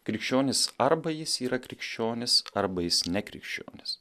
krikščionis arba jis yra krikščionis arba jis nekrikščionis